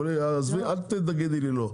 אל תגידי לי לא.